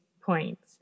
points